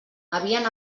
havien